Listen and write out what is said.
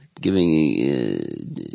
giving –